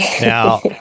Now